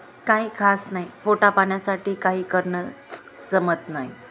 काही खास नाही पोटापाण्यासाठी काही करणंच जमत नाही